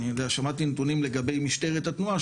שמעתי נתונים לגבי משטרת התנועה,